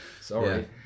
sorry